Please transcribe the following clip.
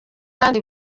kandi